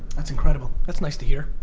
that's incredible, that's nice to hear.